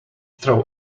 throw